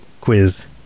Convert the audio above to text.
quiz